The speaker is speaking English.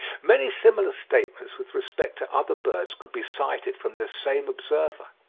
many similar statements with respect to other birds could be cited from this same observer.